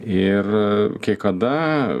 ir kai kada